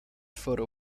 photo